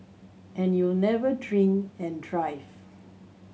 and you'll never drink and drive